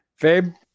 Fabe